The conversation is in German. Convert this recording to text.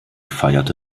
feierte